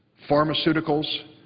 pharmaceuticals,